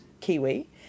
Kiwi